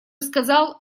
сказал